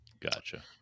Gotcha